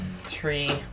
three